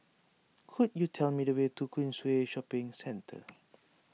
could you tell me the way to Queensway Shopping Centre